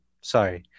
sorry